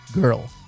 Girl